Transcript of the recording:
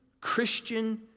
Christian